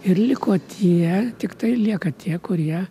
ir liko tie tiktai lieka tie kurie